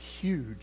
huge